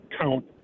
count